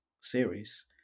series